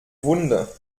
wunde